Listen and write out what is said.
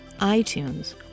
iTunes